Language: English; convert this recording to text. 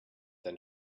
then